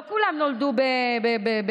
לא כולם נולדו בחו"ל.